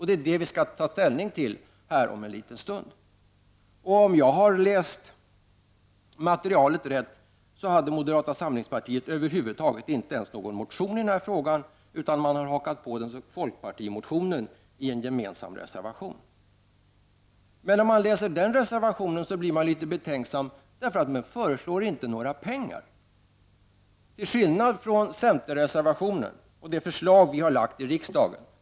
Det är det vi skall ta ställning till här om en liten stund. Om jag har läst materialet rätt har moderata samlingspartiet över huvud taget inte ens någon motion i frågan, utan det har hakat på folkpartimotionen i en gemensam reservation. När man läser den reservationen blir man litet betänksam eftersom där inte föreslås några pengar, till skillnad från centerreservationen och det förslag vi har lagt fram i riksdagen.